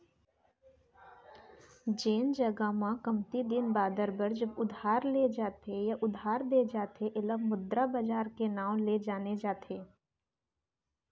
जेन जघा म कमती दिन बादर बर जब उधार ले जाथे या उधार देय जाथे ऐला मुद्रा बजार के नांव ले जाने जाथे